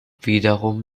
wiederum